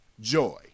Joy